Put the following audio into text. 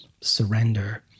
Surrender